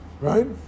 right